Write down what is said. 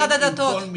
אני